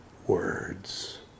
Words